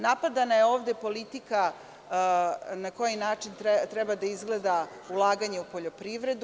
Napadana je ovde politika na koji način treba da izgleda ulaganje u poljoprivredu.